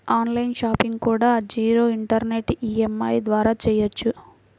on line shopping కూడా zero interest EMI ద్వారా చెయ్యొచ్చు